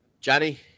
Johnny